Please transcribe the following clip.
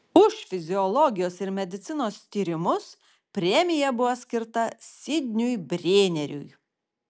už fiziologijos ir medicinos tyrimus premija buvo skirta sidniui brėneriui